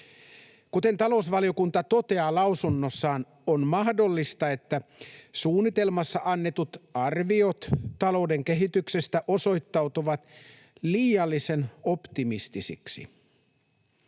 Kuten talousvaliokunta toteaa lausunnossaan, on mahdollista, että suunnitelmassa annetut arviot talouden kehityksestä osoittautuvat liiallisen optimistisiksi.